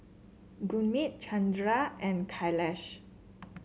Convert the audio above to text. Gurmeet Chandra and Kailash